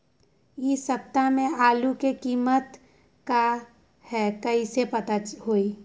इ सप्ताह में आलू के कीमत का है कईसे पता होई?